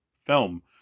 film